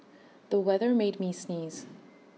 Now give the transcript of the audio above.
the weather made me sneeze